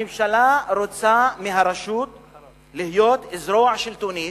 הממשלה רוצה שהרשות תהיה זרוע שלטונית,